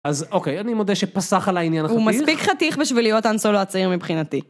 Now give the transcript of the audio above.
אז אוקיי, אני מודה שפסח על העניין החתיך. הוא מספיק חתיך בשביל להיות אנסולו הצעיר מבחינתי.